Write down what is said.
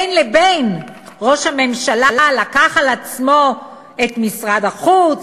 בין לבין ראש הממשלה לקח על עצמו את משרד החוץ,